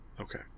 Okay